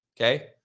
okay